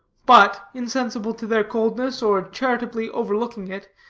but, insensible to their coldness, or charitably overlooking it,